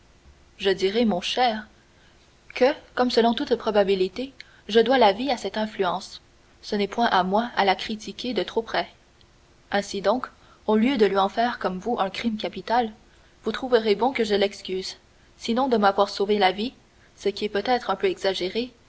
je dirai mon cher que comme selon toute probabilité je dois la vie à cette influence ce n'est point à moi à la critiquer de trop près ainsi donc au lieu de lui en faire comme vous un crime capital vous trouverez bon que je l'excuse sinon de m'avoir sauvé la vie ce qui est peut-être un peu exagéré